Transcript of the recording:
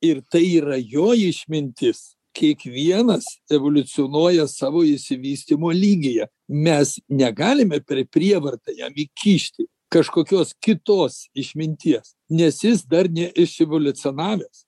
ir tai yra jo išmintis kiekvienas evoliucionuoja savo išsivystymo lygyje mes negalime per prievartą jam įkišti kažkokios kitos išminties nes jis dar ne neiševoliucionavęs